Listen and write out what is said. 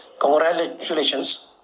congratulations